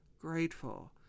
grateful